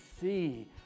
see